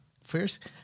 first